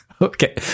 okay